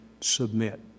submit